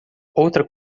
outra